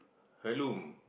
heirloom